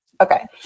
Okay